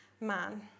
man